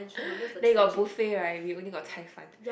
then you got buffet right we only got tai fun